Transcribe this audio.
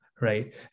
right